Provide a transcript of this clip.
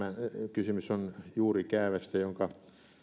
kysymys on juurikäävästä jonka